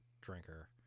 drinker